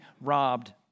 robbed